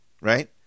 Right